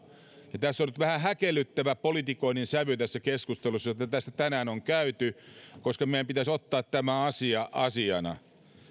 ja on ollut nyt vähän häkellyttävä politikoinnin sävy tässä keskustelussa jota tästä tänään on käyty koska meidän pitäisi ottaa tämä asia asiana